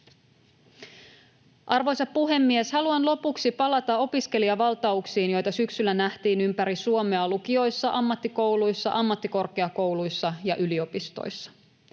Arvoisa puhemies! Haluan lopuksi palata opiskelijavaltauksiin, joita syksyllä nähtiin ympäri Suomea lukioissa, ammattikouluissa, ammattikorkeakouluissa ja yliopistoissa.